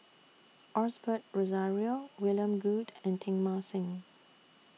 Osbert Rozario William Goode and Teng Mah Seng